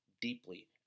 deeply